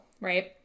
right